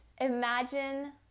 imagine